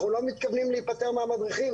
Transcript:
אנחנו לא מתכוונים להיפטר מהמדריכים.